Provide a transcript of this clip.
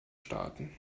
starten